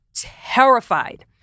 terrified